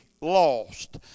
lost